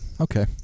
Okay